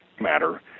matter